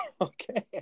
okay